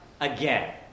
again